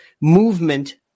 movement